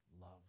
Love